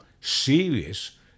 serious